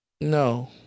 No